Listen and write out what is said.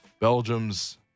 Belgium's